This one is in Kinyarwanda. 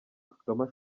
kagame